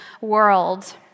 world